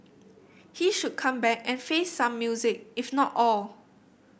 he should come back and face some music if not all